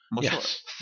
Yes